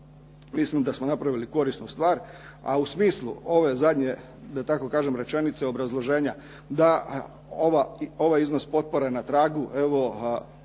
mislim da smo napravili korisnu stvar, a u smislu ove zadnje da tako kažem rečenice, obrazloženja da ovaj iznos potpore na tragu evo